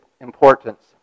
importance